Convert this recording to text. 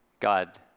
God